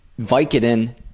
Vicodin